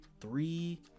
three